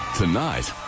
tonight